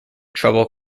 trouble